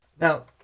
Now